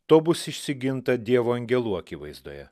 to bus išsiginta dievo angelų akivaizdoje